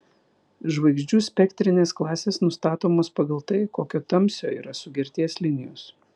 žvaigždžių spektrinės klasės nustatomos pagal tai kokio tamsio yra sugerties linijos